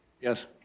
Yes